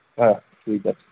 হ্যাঁ ঠিক আছে